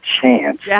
chance